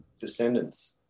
Descendants